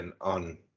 on